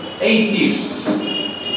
Atheists